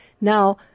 Now